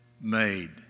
made